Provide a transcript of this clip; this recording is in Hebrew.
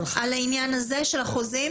על העניין הזה של החוזים?